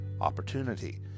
opportunity